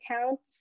accounts